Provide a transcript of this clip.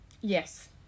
Yes